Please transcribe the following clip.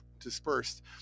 dispersed